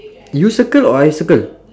you circle or I circle